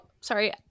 Sorry